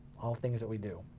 all things that we do.